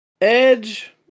Edge